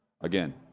again